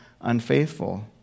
unfaithful